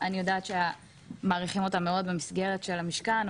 אני יודעת שמעריכים אותם מאוד במסגרת של המשכן,